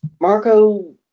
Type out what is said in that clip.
Marco